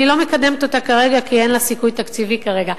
אני לא מקדמת אותה כי אין לה סיכוי תקציבי כרגע,